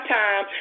time